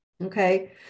Okay